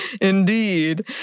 Indeed